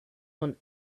want